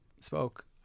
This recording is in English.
spoke